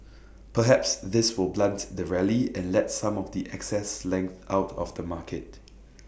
perhaps this will blunt the rally and let some of the excess length out of the market